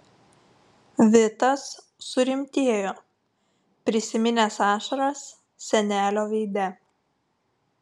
vitas surimtėjo prisiminęs ašaras senelio veide